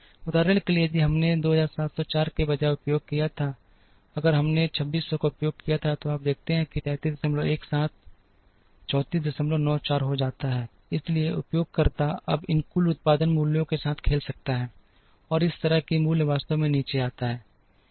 उदाहरण के लिए यदि हमने 2704 के बजाय उपयोग किया था अगर मैंने 2600 का उपयोग किया था तो आप देखते हैं कि 3317 3494 हो जाता है इसलिए उपयोगकर्ता अब इन कुल उत्पादन मूल्यों के साथ खेल सकता है और इस तरह कि मूल्य वास्तव में नीचे आता है